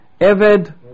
Eved